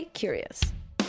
curious